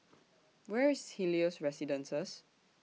Where IS Helios Residences